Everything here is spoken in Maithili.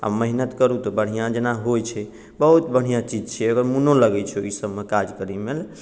आओर मेहनति करू तऽ बढ़िआँ जेना होइ छै बहुत बढ़िआँ चीज छै एहिमे मोनो लगै छै ओहि सबमे काज करैमे